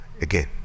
again